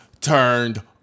turned